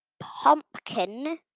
pumpkin